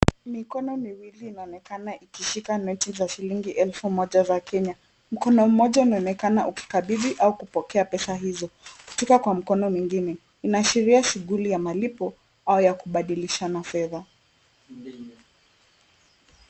Mikono miwili inaonekana ikishika noti za elfu moja za Kenya. Mkono mmoja unaonekana ukikabidhi au kupokea pesa hizo kutoka kwa mkono mwingine. Inaashiria shughuli ya malipo au ya kubadilishana pesa.